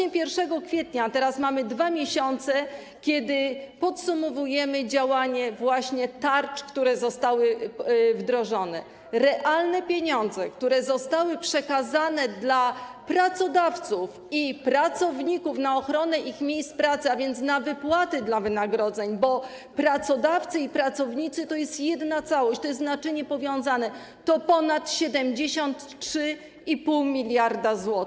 Od 1 kwietnia, teraz są to 2 miesiące - podsumowujemy działanie tarcz, które zostały wdrożone - realne pieniądze, które zostały przekazane dla pracodawców i pracowników na ochronę ich miejsc pracy, a więc na wypłaty wynagrodzeń, bo pracodawcy i pracownicy to jest jedna całość, to jest naczynie powiązane, to ponad 73,5 mld zł.